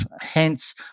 Hence